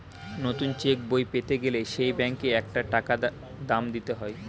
নতুন চেক বই পেতে গেলে সেই ব্যাংকে একটা টাকা দাম দিতে হয়